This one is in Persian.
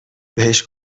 بهش